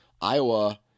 Iowa